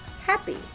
happy